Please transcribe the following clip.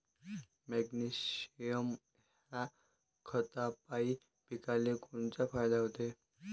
Magnesium ह्या खतापायी पिकाले कोनचा फायदा होते?